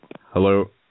Hello